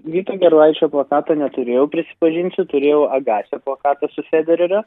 vyto gerulaičio plakato neturėjau prisipažinsiu turėjau agasio plakatą su federeriu